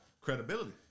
Credibility